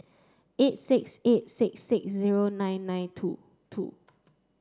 eight six eight six six zero nine nine two two